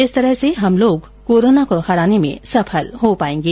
इस तरह से हम लोग कोरोना को हराने के सफल हो पायेंगे